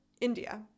India